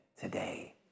today